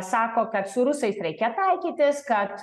sako kad su rusais reikia taikytis kad